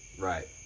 Right